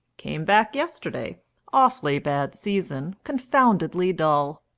came back yesterday awfully bad season confoundedly dull,